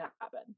happen